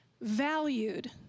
valued